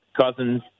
Cousins